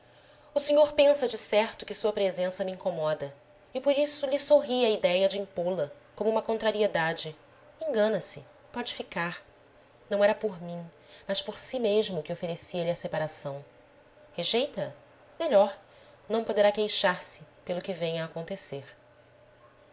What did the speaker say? senhor pensa decerto que sua presença me incomoda e por isso lhe sorri a idéia de impô la como uma contrariedade engana-se pode ficar não era por mim mas por si mesmo que oferecia lhe a separação rejeita a melhor não poderá queixar-se pelo que venha a acontecer